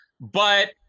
but-